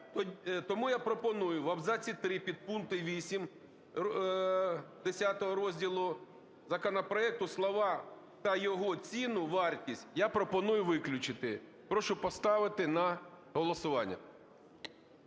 Тому я пропоную в абзаці 3 підпункт 8… Х розділу законопроекту слова "та його ціну (вартість)" я пропоную виключити. Прошу поставити на голосування.